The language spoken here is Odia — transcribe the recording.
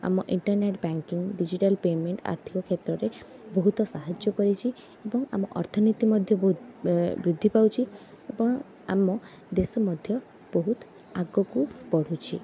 ଆମ ଇଣ୍ଟରନେଟ ବ୍ୟାଙ୍କିଙ୍ଗ ଡିଜିଟାଲ ପେମେଣ୍ଟ ଆର୍ଥିକ କ୍ଷେତ୍ରରେ ବହୁତ ସାହାଯ୍ୟ କରିଛି ଏବଂ ଆମ ଅର୍ଥନୀତି ମଧ୍ୟ ବହୁତ ବୃଦ୍ଧି ପାଉଛି ଏବଂ ଆମ ଦେଶ ମଧ୍ୟ ବହୁତ ଆଗକୁ ବଢ଼ୁଛି